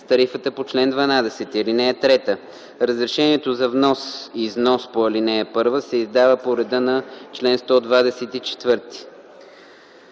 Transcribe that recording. с тарифата по чл. 12. (3) Разрешението за внос/износ по ал. 1 се издава по реда на чл. 124.